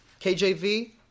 KJV